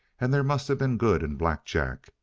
and there must have been good in black jack.